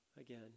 again